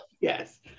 Yes